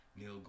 neil